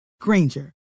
Granger